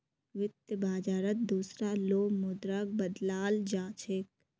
वित्त बाजारत दुसरा लो मुद्राक बदलाल जा छेक